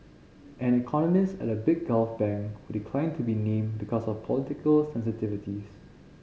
an economist at a big Gulf bank who declined to be named because of political sensitivities